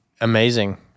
amazing